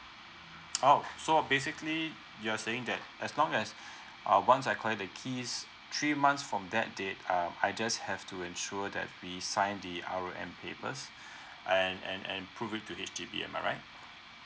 oh so basically you are saying that as long as uh once I collect the keys three months from that date uh I just have to ensure that we sign the R O N papers and and and prove it to H_D_B am I right